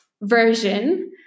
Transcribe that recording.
version